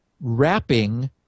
wrapping